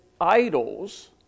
idols